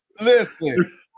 Listen